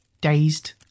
dazed